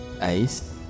ice